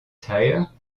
tire